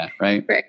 Right